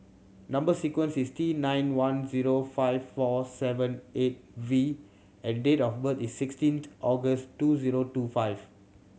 number sequence is T nine one zero five four seven eight V and date of birth is sixteenth August two zero two five